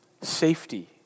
safety